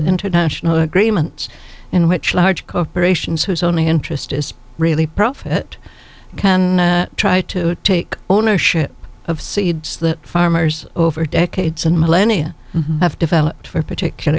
international agreements in which large corporations whose only interest is really profit can try to take ownership of seeds that farmers over decades and millennia have developed for particula